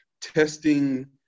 testing